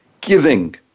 Giving